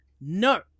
No